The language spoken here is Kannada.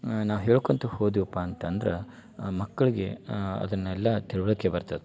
ನಾ ನಾ ಹೇಳ್ಕೊತಾ ಹೋದ್ವೆಪ್ಪ ಅಂತಂದ್ರೆ ಮಕ್ಕಳಿಗೆ ಅದನ್ನೆಲ್ಲ ತಿಳ್ವಳಿಕೆ ಬರ್ತೈತಿ